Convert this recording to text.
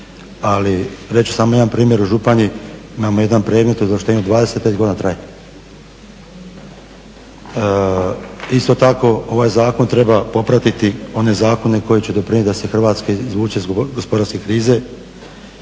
Ali reći ću samo jedan primjer u Županiji imamo jedan predmet o izvlaštenju 25 godina traje. Isto tako ovaj zakon treba popratiti one zakone koji će doprinijeti da se Hrvatska izvuče iz gospodarske krize